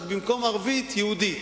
רק במקום "ערבית" "יהודית".